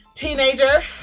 Teenager